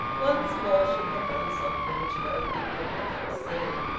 once more she had done something which nobody could have foreseen.